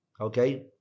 Okay